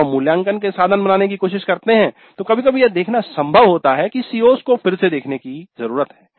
जब हम मूल्यांकन के साधन बनाने की कोशिश करते हैं तो कभी कभी यह देखना संभव होता है कि CO's को फिर से देखने की जरूरत है